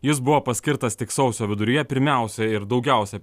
jis buvo paskirtas tik sausio viduryje pirmiausia ir daugiausia